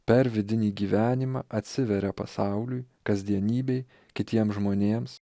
per vidinį gyvenimą atsiveria pasauliui kasdienybei kitiem žmonėms